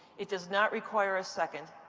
it does not require a second.